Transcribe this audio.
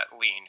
lean